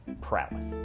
prowess